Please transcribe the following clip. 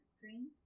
Dream